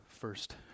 first